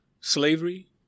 slavery